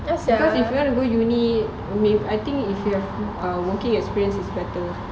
because if you want to go uni with I think uh working experience is better